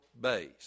base